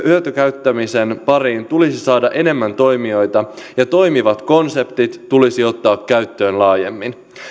hyötykäyttämisen pariin tulisi saada enemmän toimijoita ja toimivat konseptit tulisi ottaa käyttöön laajemmin